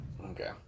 Okay